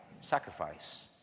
sacrifice